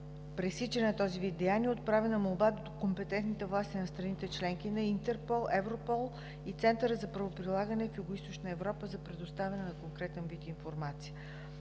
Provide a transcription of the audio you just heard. пресичане на този вид деяния, е отправена молба до компетентните власти на страните – членки на Интерпол, Европол и на Центъра за правоприлагане в Югоизточна Европа, за предоставяне на конкретен вид информация.